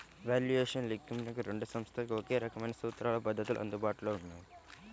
valuation లెక్కింపునకు రెండు సంస్థలకు ఒకే రకమైన సూత్రాలు, పద్ధతులు అందుబాటులో ఉన్నాయి